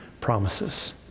promises